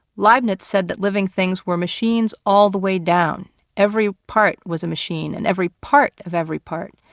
leibniz said that living things were machines all the way down every part was a machine, and every part of every part,